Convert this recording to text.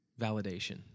validation